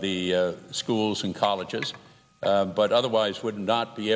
the schools and colleges but otherwise i would not be